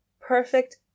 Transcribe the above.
perfect